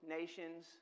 nations